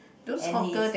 and his